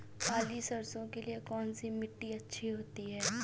काली सरसो के लिए कौन सी मिट्टी अच्छी होती है?